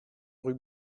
rue